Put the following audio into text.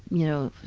you know,